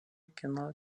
kino